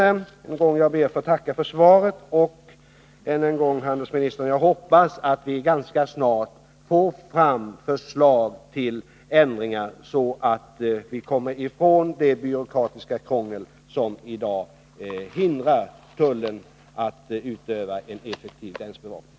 Jag ber än en gång att få tacka för svaret, och jag hoppas, handelsministern, att vi ganska snart får fram förslag till ändringar så att vi kommer ifrån det byråkratiska krångel som i dag hindrar tullen att utöva en effektiv gränsbevakning.